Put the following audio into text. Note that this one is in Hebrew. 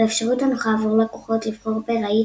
והאפשרות הנוחה עבור לקוחות לבחור ברהיט